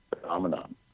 phenomenon